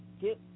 get